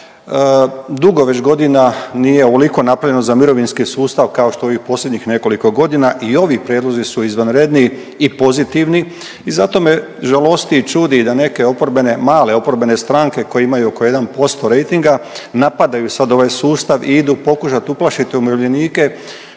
dugo već godina nije ovoliko napravljeno za mirovinski sustav kao što je ovih posljednjih nekoliko godina i ovi prijedlozi su izvanredni i pozitivni i zato me žalosti i čudi da neke oporbene, male oporbene stranke koje imaju oko 1% rejtinga napadaju sad ovaj sustav i idu pokušati uplašiti umirovljenike